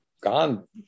gone